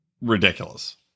Ridiculous